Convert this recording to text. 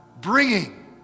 bringing